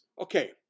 okay